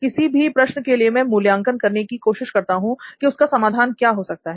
किसी भी प्रश्न के लिए मैं मूल्यांकन करने की कोशिश करता हूं की उसका समाधान क्या हो सकता है